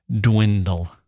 dwindle